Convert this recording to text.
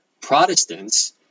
Protestants